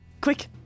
Quick